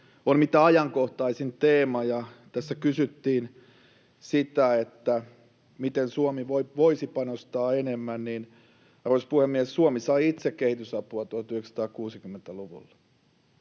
ovat mitä ajankohtaisin teema, ja tässä kysyttiin sitä, miten Suomi voisi panostaa enemmän: Arvoisa puhemies! Suomi sai itse kehitysapua 1960-luvulla,